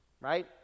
Right